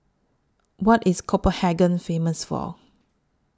What IS Copenhagen Famous For